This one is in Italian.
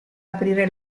aprire